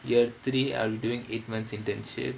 year three I'll doing eight months internship